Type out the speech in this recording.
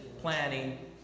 planning